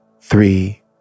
three